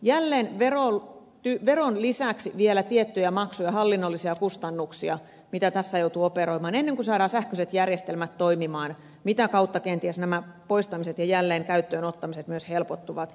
jälleen veron lisäksi vielä tulee tiettyjä maksuja hallinnollisia kustannuksia mitä tässä joutuu maksamaan ennen kuin saadaan sähköiset järjestelmät toimimaan mitä kautta kenties nämä poistamiset ja jälleen käyttöön ottamiset myös helpottuvat